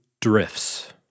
drifts